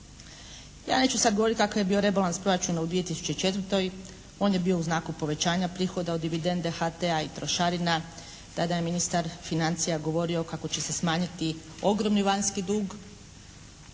Ja neću sad govoriti kakav je bio rebalans proračuna u 2004. On je bio u znaku povećanja prihoda od dividende HT-a i trošarina. Tada je ministar financija govorio kako će se smanjiti ogromni vanjski dug,